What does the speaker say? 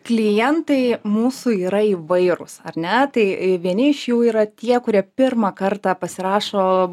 klientai mūsų yra įvairūs ar ne tai vieni iš jų yra tie kurie pirmą kartą pasirašo